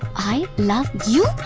i love you.